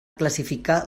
classificar